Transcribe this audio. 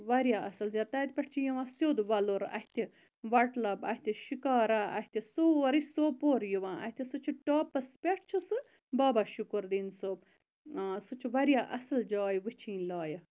واریاہ اصل زیارَت تَتہِ پیٚٹھِ چھ یِوان سیوٚد ووٚلُر اتھِ وَٹلَب اَتھِ شِکارا اَتھِ سورُے سوپور یِوان اَتھِ سُہ چھُ ٹاپَس پیٚٹھ چھُ سُہ بابا شُکُر دیٖن صٲب سُہ چھِ واریاہ اصل جاے وٕچھِنۍ لایق